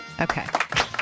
Okay